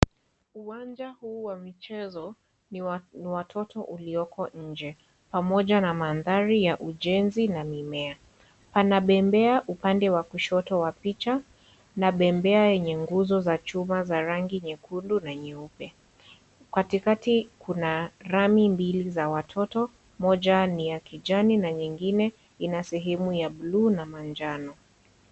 Uwanja huu wa michezo ni wa watoto ulioko nje, pamoja na mandhari ya ujenzi na mimea. Pana bembea upande wakushoto wa picha, na bembea yenye nguzo za chuma za rangi nyekudu na nyeupe. Katikati kuna rami mbili za watoto, moja ni ya kijani na nyingine inasehimu ya bluu na manjano.